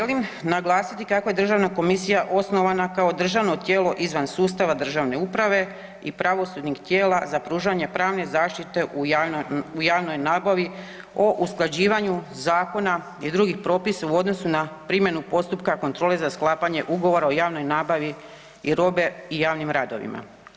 Želim naglasiti kako je Državna komisija osnovana kao državno tijelo izvan sustava državne uprave i pravosudnih tijela za pružanje pravne zaštite u javnoj nabavi o usklađivanju zakona i drugih propisa u odnosu na primjenu postupka kontrole za sklapanje ugovora o javnoj nabavi i robe i javnim radovima.